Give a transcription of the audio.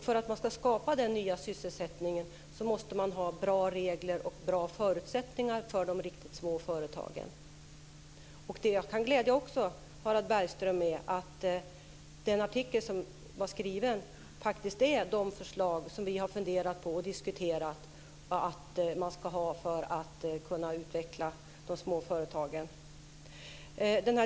För att man ska kunna skapa den nya sysselsättningen måste vi ha bra regler och förutsättningar för de riktigt små företagen. Jag kan också glädja Harald Bergström med att den här artikeln som skrivits faktiskt innehåller de förslag som vi har funderat på och diskuterat att man skulle ha för att kunna utveckla de små företagen.